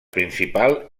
principal